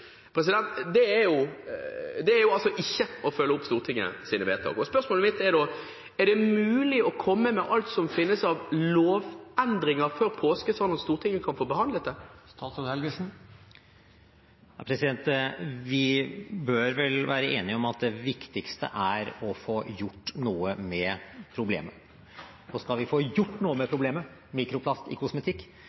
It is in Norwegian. Det er jo ikke å følge opp Stortingets vedtak. Spørsmålet mitt er da: Er det mulig å komme med alt som finnes av lovendringer før påske, sånn at Stortinget kan få behandlet det? Vi bør vel være enige om at det viktigste er å få gjort noe med problemet, og skal vi få gjort noe med problemet – mikroplast i kosmetikk